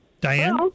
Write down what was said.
Diane